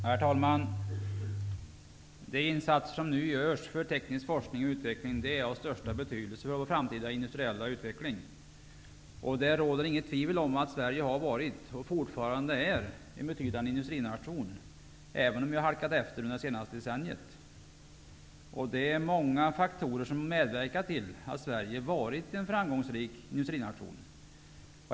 Herr talman! De insatser som nu görs för teknisk forskning och utveckling är av största betydelse för vår framtida industriella utveckling. Det råder inget tvivel om att Sverige har varit och fortfarande är en betydande industrination, även om vi halkat efter under det senaste decenniet. Det är många faktorer som medverkat till att Sverige varit en framgångsrik industrination.